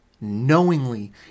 knowingly